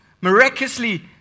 miraculously